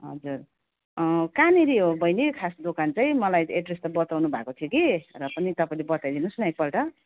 हजुर कहाँनिर हो बहिनी खास दोकान चाहिँ मलाई एड्रेस त बताउनु भएको थियो कि र पनि तपाईँले बताइदिनोस् न एकपल्ट